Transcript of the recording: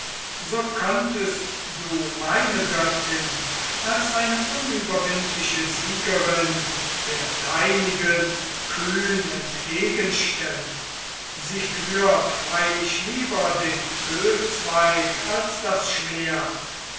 so könntest du meine göttin als eine unüberwindliche siegerin der deinigen kühn entgegenstellen sie führt freilich lieber den ölzweig als das schwert